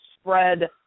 spread